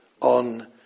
on